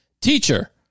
Teacher